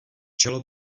čelo